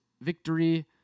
victory